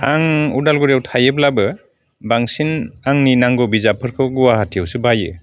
आं अदालगुरियाव थायोब्लाबो बांसिन आंनि नांगौ बिजाबफोरखौ गुवाहाटिआवसो बायो